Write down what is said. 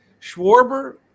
schwarber